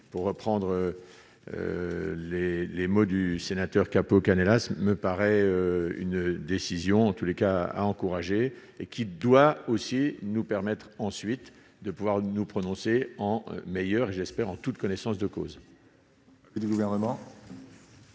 pour reprendre les les mots du Sénateur Capo Canellas, ça me paraît une décision en tous les cas, a encouragé et qui doit aussi nous permettre ensuite de pouvoir nous prononcer en meilleure et j'espère en toute connaissance de cause.